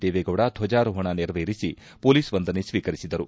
ದೇವೇಗೌಡ ಧ್ವಜಾರೋಹಣ ನೆರವೇರಿಸಿ ಮೊಲೀಸ್ ವಂದನೆ ಸ್ವೀಕರಿಸಿದರು